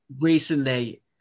recently